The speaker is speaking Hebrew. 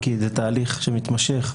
כי זה תהליך מתמשך.